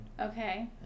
Okay